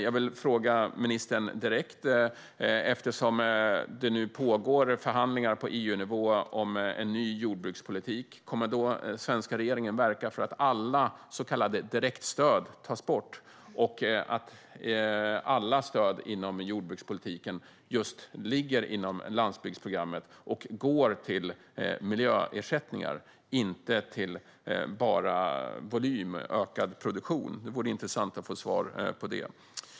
Jag vill fråga ministern: Eftersom det nu pågår förhandlingar på EUnivå om en ny jordbrukspolitik - kommer den svenska regeringen att verka för att alla så kallade direktstöd tas bort och att allt inom jordbrukspolitiken ska ligga inom landsbygdsprogrammet och gå till miljöersättningar, inte bara till ökad produktion? Det vore intressant att få svar på det.